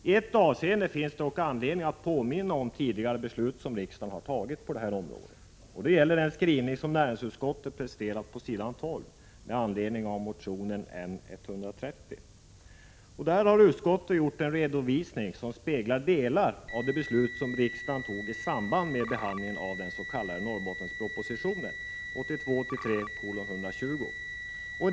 I ett avseende finns det dock anledning att påminna om tidigare beslut som riksdagen fattat på det här området. Det gäller den skrivning som näringsutskottet presterat på s. 12 med anledning av motion N130. Där har utskottet gjort en redovisning, som speglar delar av de beslut som riksdagen fattade i samband med behandlingen av den s.k. Norrbottenspropositionen, 1982/83:120.